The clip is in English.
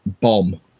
bomb